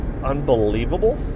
Unbelievable